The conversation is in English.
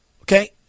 Okay